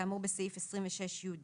כאמור בסעיף 26(יד).